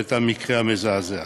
ואת המקרה המזעזע.